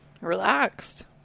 relaxed